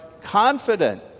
confident